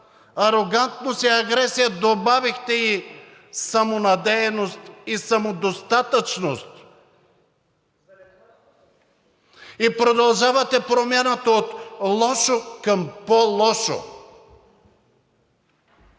арогантност и агресия добавихте и самонадеяност и самодостатъчност. И продължавате промяната от лошо към по-лошо.